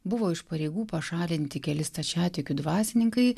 buvo iš pareigų pašalinti keli stačiatikių dvasininkai